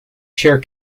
share